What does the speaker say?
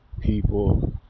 people